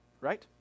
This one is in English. Right